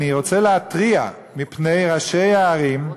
אני רוצה להתריע על כך שראשי הערים,